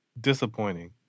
disappointing